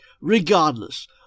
Regardless